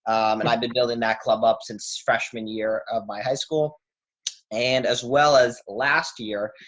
and i've been building that club up since freshman year of my high school and as well as last year.